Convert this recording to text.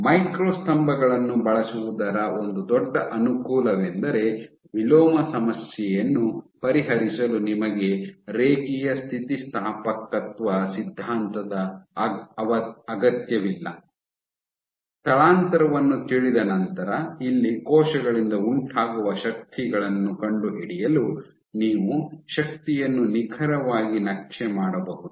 micro ಸ್ತಂಭಗಳನ್ನು ಬಳಸುವುದರ ಒಂದು ದೊಡ್ಡ ಅನುಕೂಲವೆಂದರೆ ವಿಲೋಮ ಸಮಸ್ಯೆಯನ್ನು ಪರಿಹರಿಸಲು ನಿಮಗೆ ರೇಖೀಯ ಸ್ಥಿತಿಸ್ಥಾಪಕತ್ವ ಸಿದ್ಧಾಂತದ ಅಗತ್ಯವಿಲ್ಲ ಸ್ಥಳಾಂತರವನ್ನು ತಿಳಿದ ನಂತರ ಇಲ್ಲಿ ಕೋಶಗಳಿಂದ ಉಂಟಾಗುವ ಶಕ್ತಿಗಳನ್ನು ಕಂಡುಹಿಡಿಯಲು ನೀವು ಶಕ್ತಿಯನ್ನು ನಿಖರವಾಗಿ ನಕ್ಷೆ ಮಾಡಬಹುದು